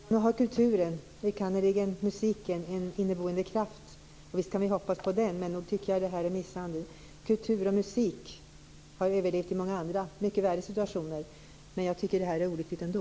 Fru talman! Ja nog har kulturen, enkannerligen musiken, en inneboende kraft. Och visst kan vi hoppas på den. Men nog tycker jag att det här är misshandel. Kultur och musik har överlevt i många andra, mycket värre, situationer. Men jag tycker att det här är olyckligt ändå.